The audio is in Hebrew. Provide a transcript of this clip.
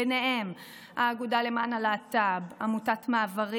ביניהם האגודה למען הלהט"ב, עמותת מעברים